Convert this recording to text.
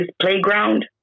playground